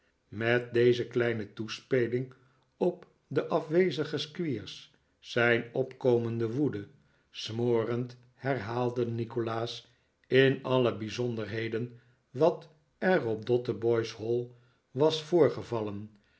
met deze kleine toespeling op den afwezigen squeers zijn opkomende woede smorend herhaalde nikolaas in alle bijzonderheden wat er op dotheboys hall was voorgevallen